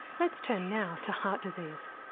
let's turn now to heart disease.